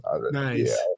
nice